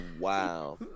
Wow